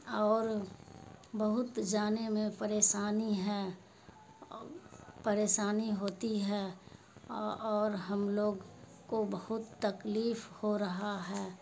اور بہت جانے میں پریشانی ہے پریشانی ہوتی ہے اور ہم لوگ کو بہت تکلیف ہو رہا ہے